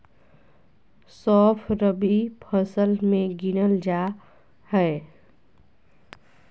सौंफ रबी फसल मे गिनल जा हय